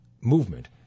movement